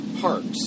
parks